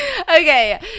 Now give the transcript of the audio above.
Okay